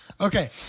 Okay